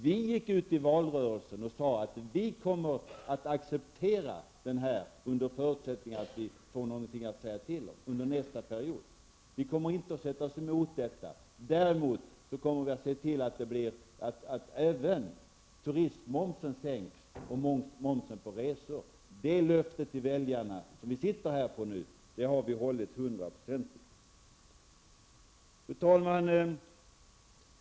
Vi gick ut i valrörelsen och sade att vi skulle acceptera detta under förutsättning att vi får någonting att säga till om under nästa period. Vi kommer inte att sätta oss emot, sade vi, men däremot kommer vi att se till att även turistmomsen och momsen på resor sänks. Det löftet till väljarna har vi hållit hundraprocentigt. Fru talman!